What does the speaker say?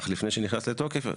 אך לפני שנכנס לתוקף,